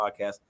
podcast